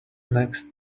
next